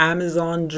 Amazon